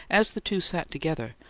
as the two sat together,